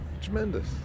tremendous